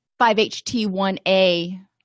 5-HT1A